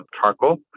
charcoal